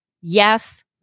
Yes